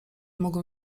mogłem